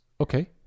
Okay